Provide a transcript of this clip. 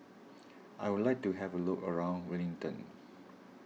I would like to have a look around Wellington